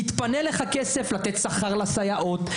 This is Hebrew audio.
יתפנה כסף לתת שכר לסייעות,